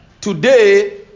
Today